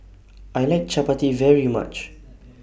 I like Chappati very much